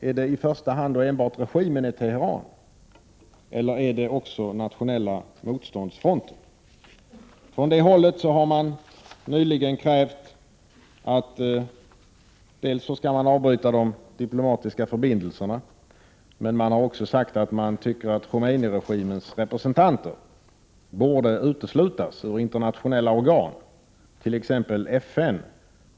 Är det i första hand och enbart regimen i Teheran eller är det också den nationella motståndsfronten? Från det hållet har man nyligen krävt att Sverige skall avbryta de diplomatiska förbindelserna. Man har också sagt att man tycker att Khomeiniregimens representanter borde uteslutas ur internationella organ, t.ex. FN.